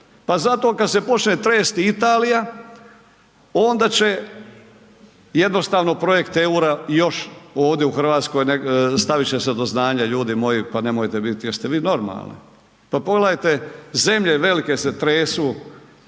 Pa zato kad se počne tresti Italija, onda će jednostavno projekt eura još ovdje u Hrvatskoj, stavit će se do znanja, ljudi moji, pa nemojte biti, jeste vi normalni? Pa pogledajte zemlje velike se tresu